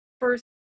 first